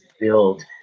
build